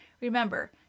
Remember